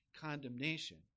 condemnation